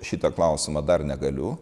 šitą klausimą dar negaliu